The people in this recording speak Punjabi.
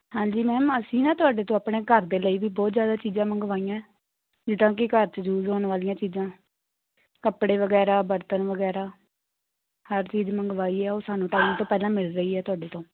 ਹਾਂਜੀ ਮੈਮ ਅਸੀਂ ਨਾ ਤੁਹਾਡੇ ਤੋਂ ਆਪਣੇ ਘਰ ਦੇ ਲਈ ਵੀ ਬਹੁਤ ਜ਼ਿਆਦਾ ਚੀਜ਼ਾਂ ਮੰਗਵਾਈਆਂ ਜਿੱਦਾਂ ਕਿ ਘਰ 'ਚ ਯੂਜ ਹੋਣ ਵਾਲੀਆਂ ਚੀਜ਼ਾਂ ਕੱਪੜੇ ਵਗੈਰਾ ਬਰਤਨ ਵਗੈਰਾ ਹਰ ਚੀਜ਼ ਮੰਗਵਾਈ ਆ ਉਹ ਸਾਨੂੰ ਟਾਈਮ ਤੋਂ ਪਹਿਲਾਂ ਮਿਲ ਰਹੀ ਆ ਤੁਹਾਡੇ ਤੋਂ